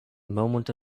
moment